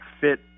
fit